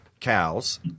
cows